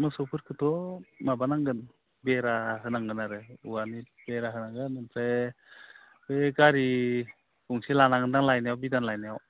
मोसौफोरखौथ' माबानांगोन बेरा होनांगोन आरो औवानि बेरा होनांगोन ओमफ्राय बे गारि गंसे लानांगोन ना बिदान लायनायाव